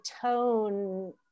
tone